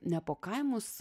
ne po kaimus